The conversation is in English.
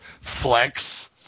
flex